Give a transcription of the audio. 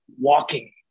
walking